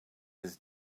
his